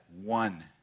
one